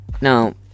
Now